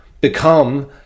become